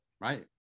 Right